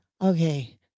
okay